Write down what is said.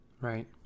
Right